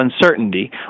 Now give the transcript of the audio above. uncertainty